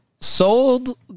Sold